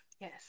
Yes